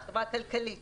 חברה כלכלית שבדקה.